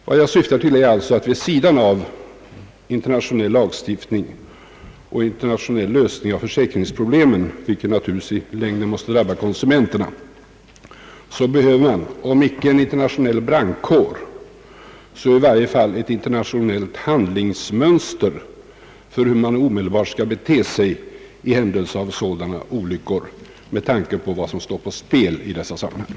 Vad jag syftar till är alltså att vid sidan av internationell lagstiftning och internationell lösning av försäkringsproblemen — vilket naturligtvis i längden måste drabba konsumenterna — behöver man om inte en internationell brandkår så i varje fall ett internationellt handlingsmönster för hur man omedelbart skall bete sig i händelse av sådana olyckor, detta med tanke på vad som står på spel i dessa sammanhang.